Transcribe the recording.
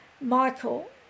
Michael